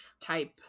type